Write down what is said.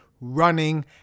running